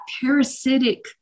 parasitic